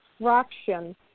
fraction